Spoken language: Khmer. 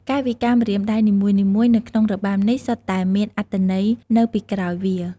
កាយវិការម្រាមដៃនីមួយៗនៅក្នុងរបាំនេះសុទ្ធតែមានអត្ថន័យនៅពីក្រោយវា។